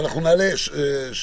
אבל אנחנו נעלה שישה,